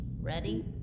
Ready